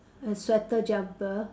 a sweater jumper